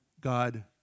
God